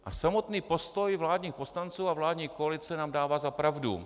A samotný postoj vládních poslanců a vládní koalice nám dává za pravdu.